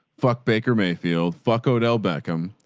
fuck baker mayfield. fuck odell, beckham.